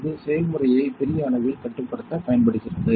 இது செயல்முறையை பெரிய அளவில் கட்டுப்படுத்த பயன்படுகிறது